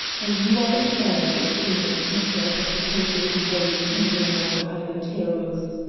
and you are in error to assume that the details of the code may be waived even among the highland hills.